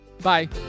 bye